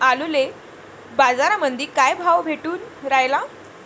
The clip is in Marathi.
आलूले बाजारामंदी काय भाव भेटून रायला?